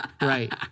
right